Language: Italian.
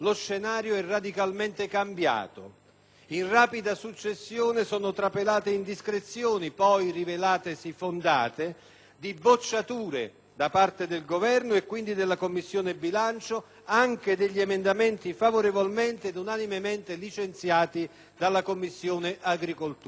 In rapida successione sono trapelate indiscrezioni, poi rivelatesi fondate, di bocciature da parte del Governo, e quindi della Commissione bilancio, anche di emendamenti favorevolmente e unanimemente licenziati dalla Commissione agricoltura: emendamenti,